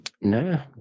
No